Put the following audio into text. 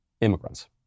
immigrants